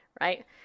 Right